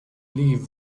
leave